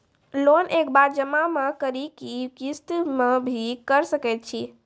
Loan एक बार जमा म करि कि किस्त मे भी करऽ सके छि?